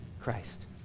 Christ